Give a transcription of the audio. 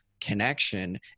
connection